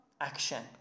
action